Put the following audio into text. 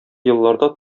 елларда